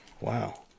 Wow